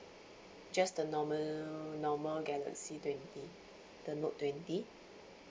just the normal uh normal galaxy twenty the note twenty